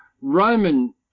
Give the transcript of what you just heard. Roman